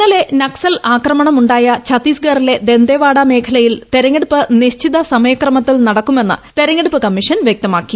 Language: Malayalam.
ഇന്നലെ നക്സൽ ആക്രമണമുണ്ടായ ഛത്തീസ്ഗറിലെ ദന്തെവാഡ മേഖലയിൽ തെരഞ്ഞെടുപ്പ് നിശ്ചിത സമയ ക്രമത്തിൽ നടക്കുമെന്ന് തെരഞ്ഞെടുപ്പ് കമ്മീഷൻ വൃക്തമാക്കി